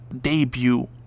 debut